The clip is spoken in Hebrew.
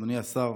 אדוני השר,